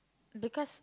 because